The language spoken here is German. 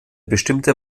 bestimmte